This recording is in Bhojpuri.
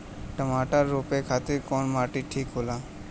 टमाटर रोपे खातीर कउन माटी ठीक होला?